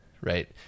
right